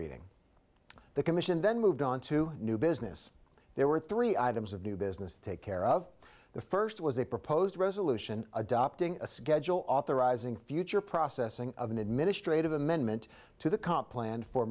reading the commission then moved on to new business there were three items of new business to take care of the first was a proposed resolution adopting a schedule authorizing future processing of an administrative amendment to the comp planned for